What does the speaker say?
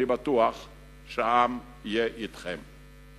אני בטוח שהעם יהיה אתכם.